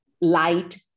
light